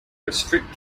restrict